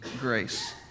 grace